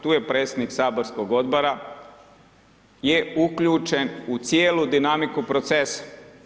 Tu je predsjednik saborskog odbora je uključen u cijelu dinamiku procesa.